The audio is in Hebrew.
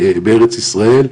בארץ ישראל,